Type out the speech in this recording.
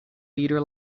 leader